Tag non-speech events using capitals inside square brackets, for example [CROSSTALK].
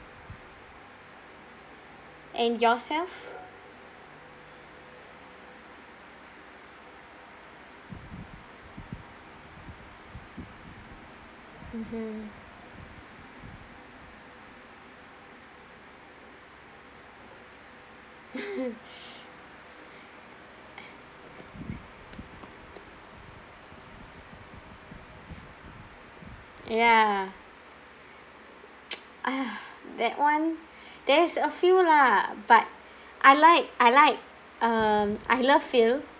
and yourself mmhmm [LAUGHS] ya [NOISE] [NOISE] that one there's a few lah but I like like uh I love phil